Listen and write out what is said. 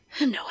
No